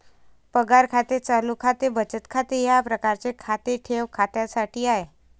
पगार खाते चालू खाते बचत खाते या प्रकारचे खाते ठेव खात्यासाठी आहे